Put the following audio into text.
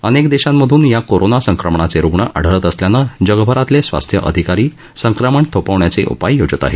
अनेक देशामधून या कोरोना संक्रमणाचे रुग्ण आढळत असल्यानं जगभरातले स्वास्थ्य अधिकारी संक्रमण थोपवण्याचे उपाय योजत आहेत